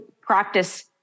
practice